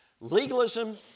Legalism